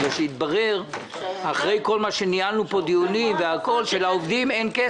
בגלל שהתברר אחרי כל הדיונים שניהלנו פה שלעובדים אין כסף.